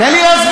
תן לי להסביר.